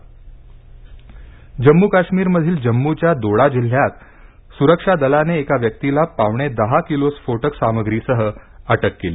जम्म् काश्मीर जम्मू काश्मीर मधील जम्मूच्या दोडा जिल्ह्यातसुरक्षा दलाने एका व्यक्तीला पावणे दहा किलो स्फोटक सामग्रीसह काल अटक केली